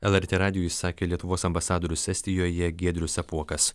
lrt radijui sakė lietuvos ambasadorius estijoje giedrius apuokas